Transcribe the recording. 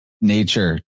nature